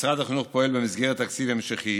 משרד החינוך פועל במסגרת תקציב המשכי